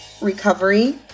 recovery